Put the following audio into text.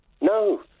no